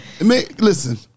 Listen